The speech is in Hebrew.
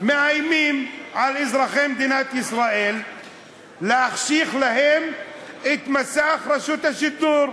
מאיימים על אזרחי מדינת ישראל להחשיך להם את מסך רשות השידור.